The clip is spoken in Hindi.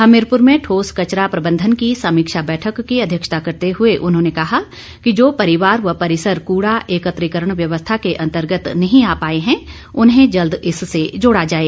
हमीरपुर में ठोस कचरा प्रबंधन की समीक्षा बैठक की अध्यक्षता करते हुए उन्होंने कहा कि जो परिवार व परिसर कूड़ा एकत्रिकरण व्यवस्था के अन्तर्गत नहीं आ पाए है उन्हें जल्द इससे जोड़ा जाए